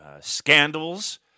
scandals